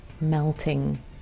melting